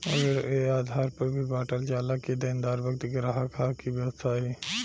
ऋण ए आधार पर भी बॉटल जाला कि देनदार व्यक्ति ग्राहक ह कि व्यवसायी